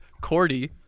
Cordy